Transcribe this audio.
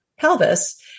pelvis